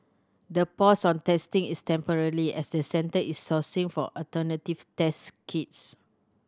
the pause on testing is temporarily as the Centre is sourcing for alternative test kits